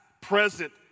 present